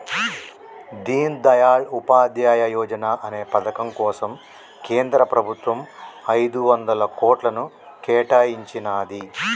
దీన్ దయాళ్ ఉపాధ్యాయ యోజనా అనే పథకం కోసం కేంద్ర ప్రభుత్వం ఐదొందల కోట్లను కేటాయించినాది